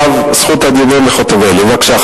עכשיו זכות הדיבור לחוטובלי.